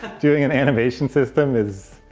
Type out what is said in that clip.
doing an animation system is,